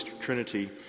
Trinity